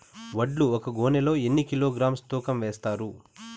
వడ్లు ఒక గోనె లో ఎన్ని కిలోగ్రామ్స్ తూకం వేస్తారు?